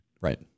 Right